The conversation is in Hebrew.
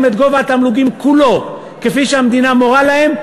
את גובה התמלוגים כולו כפי שהמדינה מורה להם,